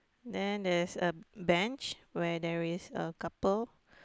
then there's a bench where there is a couple